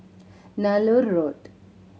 Nallur Road